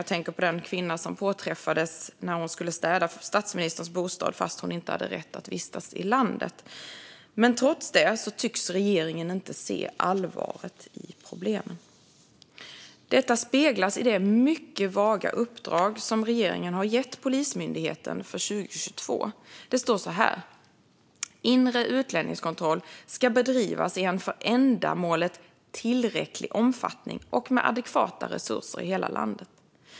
Jag tänker på den kvinna som påträffades när hon skulle städa statsministerns bostad fast hon inte hade rätt att vistas i landet. Men trots det tycks regeringen inte se allvaret i problemen. Detta speglas i det mycket vaga uppdrag som regeringen har gett Polismyndigheten för 2022. Det står så här: "Inre utlänningskontroll ska bedrivas i en för ändamålet tillräcklig omfattning och med adekvata resurser i hela landet."